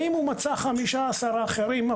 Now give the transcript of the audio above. אם הוא מצא 15 אחרים,